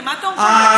מה טוב בזה?